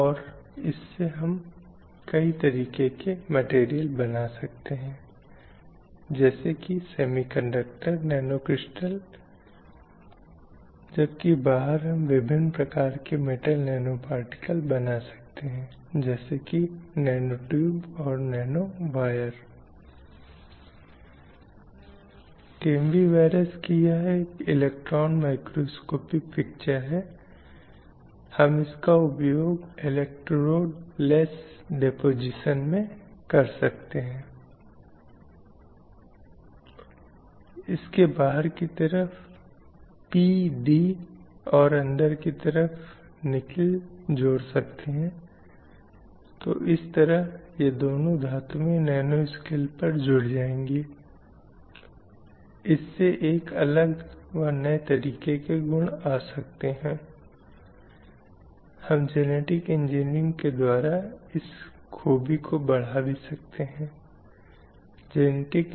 तो पितृसत्ता की पूरी अवधारणा पितृसत्ता या पुरुष सदस्य या पिता को और स्त्री पर उसके प्रभुत्व को महत्व देने की कोशिश करती है जिसका मूल उद्देश्य स्त्री को नियंत्रित करना है इसलिए मूल रूप से यह एक श्रेष्ठता है जो पुरुषों के मत्थे है और इस श्रेष्ठ वर्ग से दूसरे वर्ग पर हावी होने की उम्मीद की जाती है और यह एक पूरी तरह से व्यापक अवधारणा या एक पूरी व्यापक धारणा है जो समाज में है और यह समाज में महिलाओं की हैसियत और स्थिति को नियंत्रित करने में एक लंबा रास्ता तय करती है